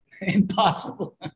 Impossible